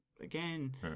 Again